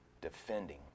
defending